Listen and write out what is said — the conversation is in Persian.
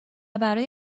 برای